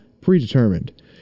predetermined